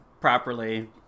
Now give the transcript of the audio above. properly